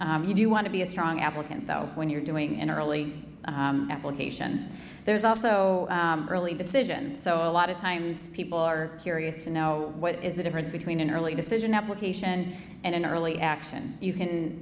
you do want to be a strong applicant though when you're doing an early patient there's also early decision so a lot of times people are curious to know what is the difference between an early decision application and an early action you can